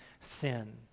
sin